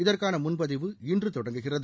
இதற்கான முன்பதிவு இன்று தொடங்குகிறது